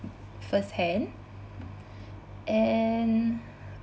first-hand and